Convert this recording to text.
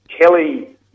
Kelly